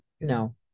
No